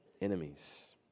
enemies